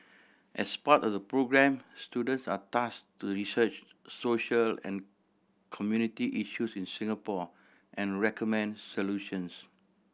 as part of the programme students are task to research social and community issues in Singapore and recommend solutions